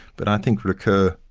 but i think ricoeur,